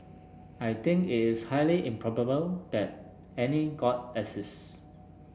I think it is highly improbable that any god exists